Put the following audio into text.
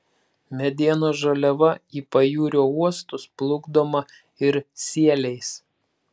medienos žaliava į pajūrio uostus plukdoma ir sieliais